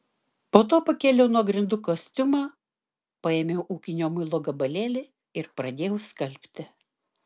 po to pakėliau nuo grindų kostiumą paėmiau ūkinio muilo gabalėlį ir pradėjau skalbti